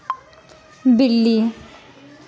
बिल्ली